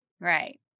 Right